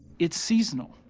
it's seasonal.